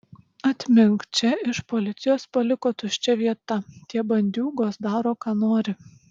atmink čia iš policijos paliko tuščia vieta tie bandiūgos daro ką nori